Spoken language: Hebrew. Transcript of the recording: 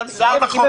האלה?